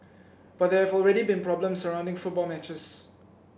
but there have already been problems surrounding football matches